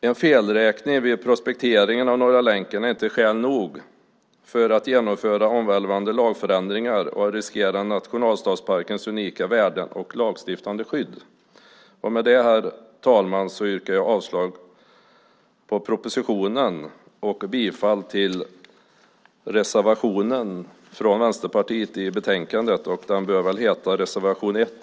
En felräkning vid prospekteringen av Norra länken är inte skäl nog för att genomföra omvälvande lagförändringar och riskera nationalstadsparkens unika värden och lagstiftande skydd. Herr talman! Jag yrkar avslag på propositionen och bifall till reservationen från Vänsterpartiet i betänkandet, reservation 1.